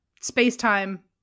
space-time